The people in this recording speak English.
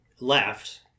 left